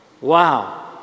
Wow